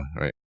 right